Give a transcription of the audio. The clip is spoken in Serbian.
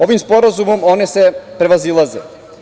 Ovim sporazumom one se prevazilaze.